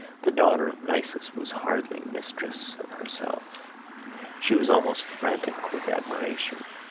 the daughter of nisus was hardly mistress of herself she was almost frantic with admiration.